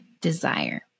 desire